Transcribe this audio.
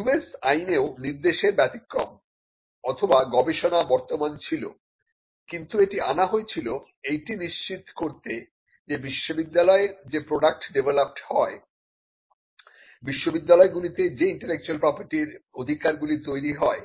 US আইনেও নির্দেশের ব্যতিক্রম অথবা গবেষণা বর্তমান ছিল কিন্তু এটি আনা হয়েছিল এইটি নিশ্চিত করতে যে বিশ্ববিদ্যালয়ে যে প্রডাক্ট ডেভলপড্ হয় বিশ্ববিদ্যালয়গুলিতে যে ইন্টেলেকচুয়াল প্রপার্টির অধিকারগুলি তৈরি হয়